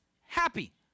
happy